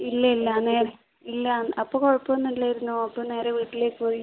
ഇല്ല ഇല്ല ഇല്ല അപ്പം കുഴപ്പം ഒന്നും ഇല്ലായിരുന്നു അപ്പം നേരെ വീട്ടിലേക്ക് പോയി